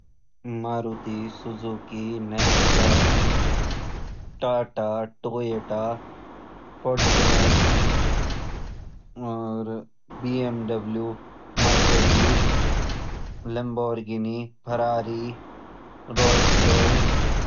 Maruti Suzuki Nexa Tata Toyota Fortuner और BMW Mercedes Lamborghini Ferrari Rolls Royce.